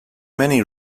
many